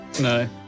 No